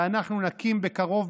ואנחנו נקים בקרוב,